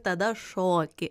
tada šoki